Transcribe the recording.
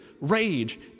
rage